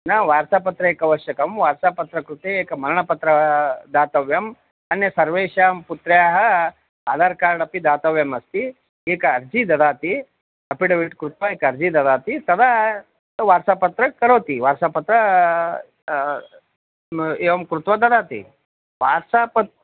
न वाट्साप्पत्रम् एकम् अश्यकं वाट्साप्पत्रं कृते एकं मरणपत्रं दातव्यम् अन्यत् सर्वेषां पुत्र्याः आधार् कार्ड् अपि दातव्यमस्ति एक अर्जि ददाति अपिडेविट् कृत्वा एकम् अर्जि ददाति तदा वाट्साप्पत्रं करोति वाट्सापत्रम् एवं कृत्वा ददाति वाट्साप्